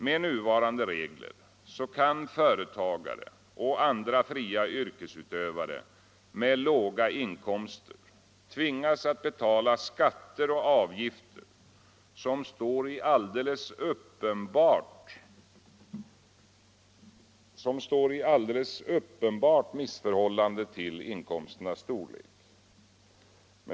Med nuvarande regler kan företagare och andra fria yrkesutövare med låga inkomster tvingas att betala skatter och avgifter som står i alldeles uppenbart missförhållande till inkomsternas storlek.